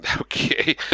Okay